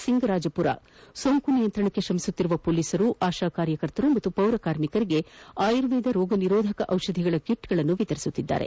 ಸಿಂಗರಾಜಪುರ ಸೋಂಕು ನಿಯಂತ್ರಣಕ್ಕೆ ಶ್ರಮಿಸುತ್ತಿರುವ ಪೊಲೀಸರು ಆಶಾಕಾರ್ಯಕರ್ತೆಯರು ಹಾಗೂ ಪೌರಕಾರ್ಮಿಕರಿಗೆ ಆಯುರ್ವೇದ ರೋಗ ನಿರೋಧಕ ಔಷಧಿ ಕಿಟ್ಗಳನ್ನು ವಿತರಿಸುತ್ತಿದ್ದಾರೆ